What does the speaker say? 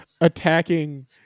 attacking